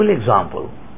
example